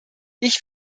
ich